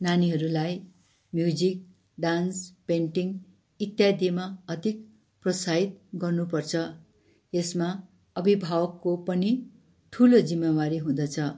नानीहरूलाई music dance painting इत्यादिमा अधिक प्रोत्साहित गर्नुपर्छ यस्मा अभिभावकको पनि ठुलो जिम्मावारी हुँदछ